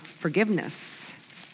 forgiveness